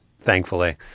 Thankfully